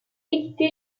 édité